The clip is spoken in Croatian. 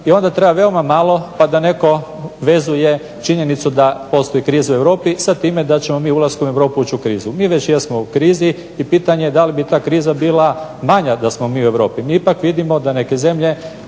i onda treba veoma malo pa da netko vezuje činjenicu da postoji kriza u Europi sa time da ćemo mi ulaskom u Europu ući u krizu. Mi već jesmo u krizi i pitanje je da li bi ta kriza bila manja da smo mi u Europi. Mi ipak vidimo da neke zemlje